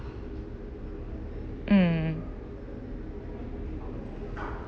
mm